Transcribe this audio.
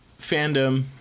Fandom